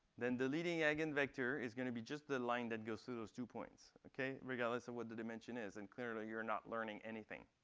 then the leading eigenvector is going to be just the line that goes through those two points, regardless of what the dimension is. and clearly, you're not learning anything.